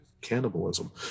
cannibalism